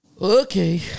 Okay